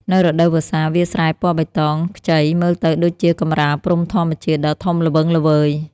នៅរដូវវស្សា វាលស្រែពណ៌បៃតងខ្ចីមើលទៅដូចជាកម្រាលព្រំធម្មជាតិដ៏ធំល្វឹងល្វើយ។